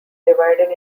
divided